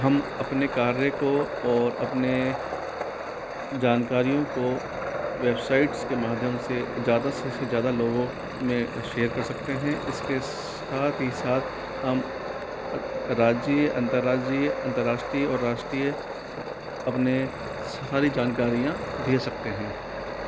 हम अपने कार्य को और अपने जानकारियों को वेबसाइट्स के माध्यम से ज़्यादा से ज़्यादा लोगों में शेयर कर सकते हैं इसके साथ ही साथ हम राज्य अंतर्राज्य अन्तर्राष्ट्रीय और राष्ट्रीय अपने सारी जानकारियाँ भेज सकते हैं